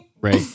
Right